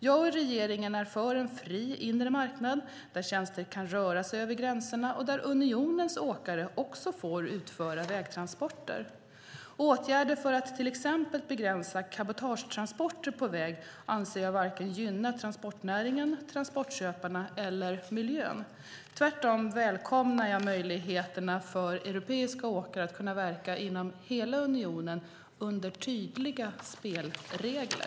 Jag och regeringen är för en fri inre marknad, där tjänster kan röra sig över gränserna och där unionens åkare också får utföra vägtransporter. Åtgärder för att till exempel begränsa cabotagetransporter på väg anser jag varken gynnar transportnäringen, transportköparna eller miljön. Tvärtom välkomnar jag möjligheterna för europeiska åkare att kunna verka inom hela unionen under tydliga spelregler.